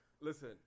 listen